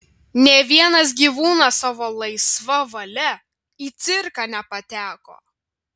nė vienas gyvūnas savo laisva valia į cirką nepateko